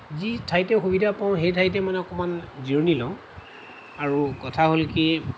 যি ঠাইতে সুবিধা পাওঁ সেই ঠাইতে মানে অকমান জিৰণি লওঁ আৰু কথা হ'ল কি